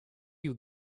you